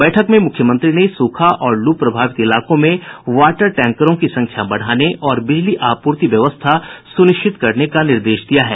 बैठक में मुख्यमंत्री ने सूखा और लू प्रभावित इलाकों में वाटर टैंकरों की संख्या बढ़ाने और बिजली आपूर्ति व्यवस्था सुनिश्चित करने का निर्देश दिया है